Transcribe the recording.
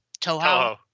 Toho